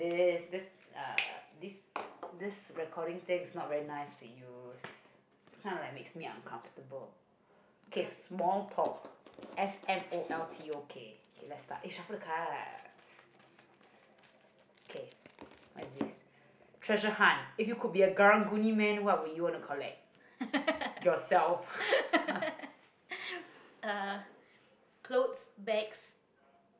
caus~ uh clothes bags